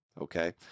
Okay